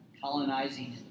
colonizing